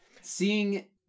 Seeing